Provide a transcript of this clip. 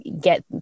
get